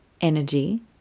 energy